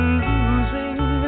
losing